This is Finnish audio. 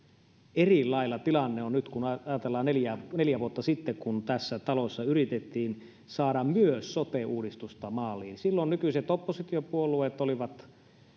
erilainen tilanne on nyt kun ajatellaan sitä kun neljä vuotta sitten tässä talossa myös yritettiin saada sote uudistusta maaliin silloin nykyiset oppositiopuolueet olivat